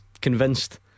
convinced